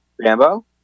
Rambo